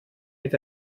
mit